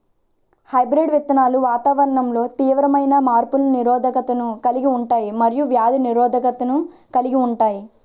hybrid విత్తనాలు వాతావరణంలో తీవ్రమైన మార్పులకు నిరోధకతను కలిగి ఉంటాయి మరియు వ్యాధి నిరోధకతను కలిగి ఉంటాయి